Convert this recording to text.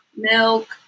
milk